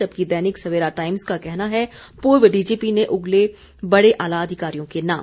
जबकि दैनिक सवेरा टाइम्स का कहना है पूर्व डीजीपी ने उगले बड़े आला अधिकारियों के नाम